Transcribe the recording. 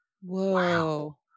Whoa